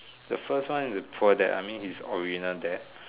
the first one is his poor dad I mean his original dad